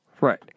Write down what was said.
Right